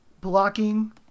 blocking